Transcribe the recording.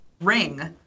Ring